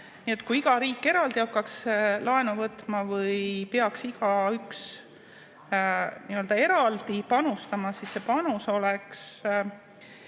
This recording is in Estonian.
kui iga riik eraldi hakkaks laenu võtma või peaks igaüks eraldi panustama, siis see panus oleks